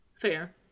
Fair